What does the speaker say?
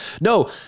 No